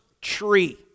tree